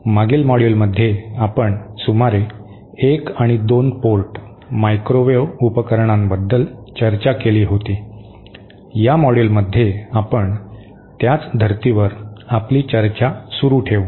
मागील मॉड्यूलमध्ये आपण सुमारे 1 आणि 2 पोर्ट मायक्रोवेव्ह उपकरणांबद्दल चर्चा केली होती या मॉड्यूलमध्ये आपण त्याच धर्तीवर आपली चर्चा सुरू ठेवू